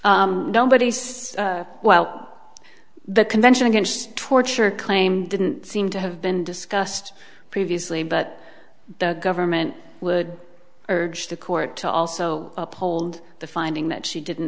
g nobody says well the convention against torture claim didn't seem to have been discussed previously but the government would urge the court to also uphold the finding that she didn't